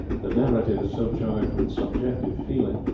the narrative is so charged with subjective feeling,